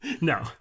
No